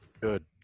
Good